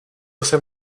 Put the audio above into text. jsem